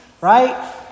right